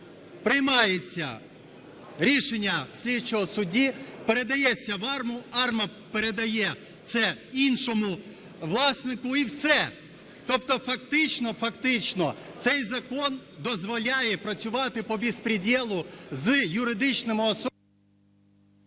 приймається рішення слідчого судді, передається в АРМА, АРМА передає це іншому власнику. І все. Тобто фактично цей закон дозволяє працювати по бєспрєдєлу з юридичними особами...